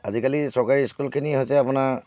আজিকালি চৰকাৰী স্কুলখিনি হৈছে আপোনাৰ